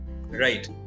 Right